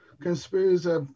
conspiracies